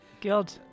God